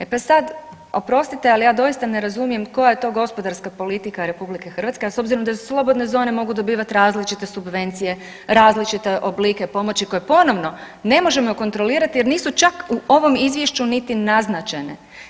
E pa sad oprostite, ali ja doista ne razumijem koja je to gospodarska politika Republike Hrvatske, a s obzirom da slobodne zone mogu dobivati različite subvencije, različite oblike pomoći koje ponovno ne možemo kontrolirati jer nisu čak u ovom izvješću niti naznačene.